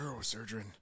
neurosurgeon